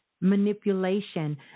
manipulation